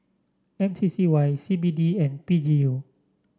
mCCY CBD and PGU